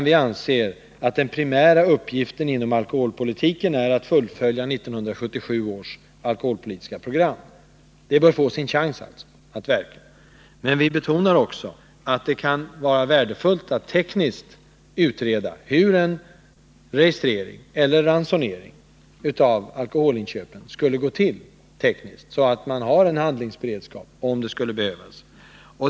Vi anser att den primära uppgiften inom alkoholpolitiken är att fullfölja 1977 års alkoholpolitiska program. Det bör alltså få sin chans att verka. Men vi betonar att det kan vara värdefullt att utreda hur en registrering eller ransonering skulle gå till tekniskt, så att vi har en handlingsberedskap om så skulle behövas.